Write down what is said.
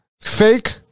fake